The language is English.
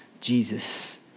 Jesus